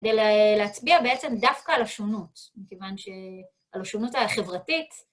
כדי להצביע בעצם דווקא על השונות, מכיוון שהלשונות החברתית...